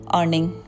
earning